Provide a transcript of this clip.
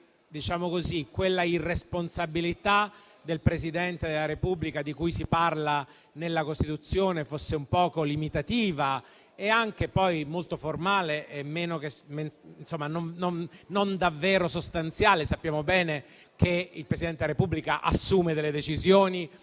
quella irresponsabilità del Presidente della Repubblica di cui si parla nella Costituzione fosse un poco limitativa e anche molto formale e non davvero sostanziale. Sappiamo bene che il Presidente del Repubblica assume delle decisioni,